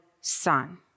son